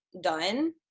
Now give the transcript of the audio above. done